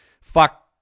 fuck